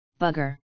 bugger